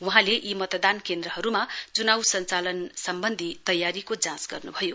वहाँले यी मतदान केन्द्रहरूमा चुनाउ सञ्चालनको सम्बन्धी तयारी जाँच गर्न् भयो